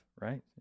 right